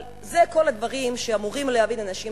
אבל אלה דברים שאמורים להבין אנשים